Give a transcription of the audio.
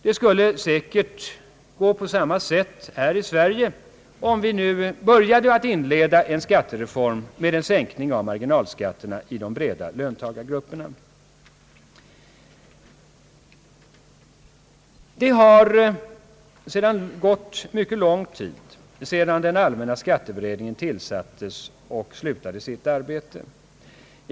Det skulle säkert gå på samma sätt här i landet om vi nu började att inleda en skattereform med en sänkning av marginalskatterna i de breda löntagargrupperna. Det har nu gått mycket lång tid sedan den allmänna skatteberedningen tillsattes och slutade sitt arbete.